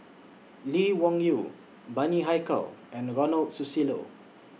Lee Wung Yew Bani Haykal and Ronald Susilo